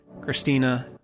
Christina